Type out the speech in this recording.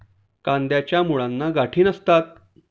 कंदाच्या मुळांना गाठी नसतात